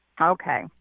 Okay